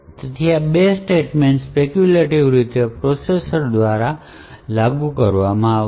તેથી આ બે સ્ટેટમેંટ સ્પેક્યૂલેટિવ રીતે પ્રોસેસર દ્વારા લાગુ થશે